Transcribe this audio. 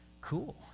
Cool